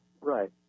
Right